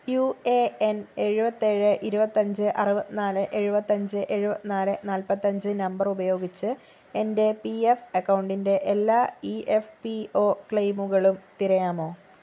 U A N എഴുപത്തേഴ് ഇരുപത്തഞ്ച് അറുപത്തിനാല് എഴുപത്തഞ്ച് എഴുപത്തിനാല് നാൽപ്പത്തഞ്ച് നമ്പർ ഉപയോഗിച്ച് എന്റെ പി എഫ് അക്കൗണ്ടിന്റെ എല്ലാ ഇ എഫ് പി ഒ ക്ലെയിമുകളും തിരയാമോ